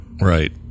Right